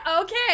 Okay